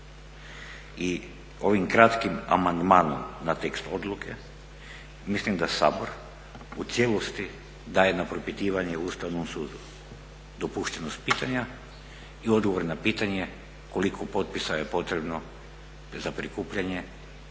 I ovim kratkim amandmanom na tekst odluke mislim da Sabor u cijelosti daje na propitivanje Ustavnom sudu dopuštenost pitanja i odgovor na pitanje koliko potpisa je potrebno prikupiti